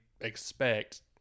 expect –